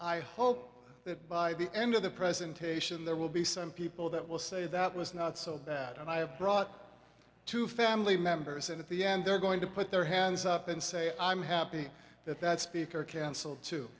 that by the end of the presentation there will be some people that will say that was not so bad and i have brought to family members at the end they're going to put their hands up and say i'm happy that that speaker cancel